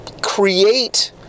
create